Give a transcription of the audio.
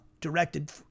directed